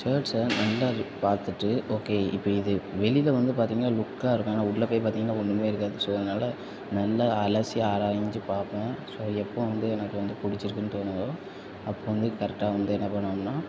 shirts எல்லாம் ரெண்டாவது பார்த்துட்டு ஓகே இப்போ இது வெளியில வந்து பார்த்தீங்கன்னா லுக்காக இருக்கும் ஆனால் உள்ளே போய் பார்த்தீங்கன்னா ஒன்றுமே இருக்காது ஸோ அதனால நல்லா அலசி ஆராய்ஞ்சு பார்ப்பேன் ஸோ எப்போ வந்து எனக்கு வந்து பிடிச்சிருக்குன்னு தோணுதோ அப்போ வந்து கரெக்டாக வந்து என்ன பண்ணுவேன்னா